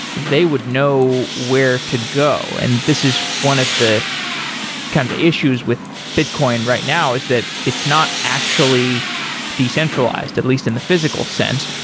they would know where to go. and this is one of the kind of the issues with bitcoin right now is that it's not actually decentralized, at least in the physical sense.